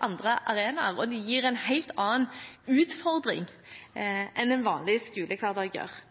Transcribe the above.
andre arenaer og en helt annen utfordring enn en vanlig skolehverdag gjør.